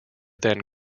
then